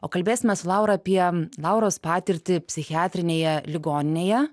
o kalbėsimės su laura apie lauros patirtį psichiatrinėje ligoninėje